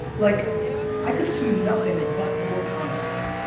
like i consume nothing but your comments.